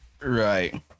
Right